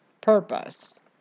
purpose